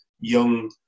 young